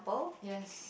yes